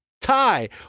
Tie